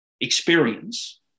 experience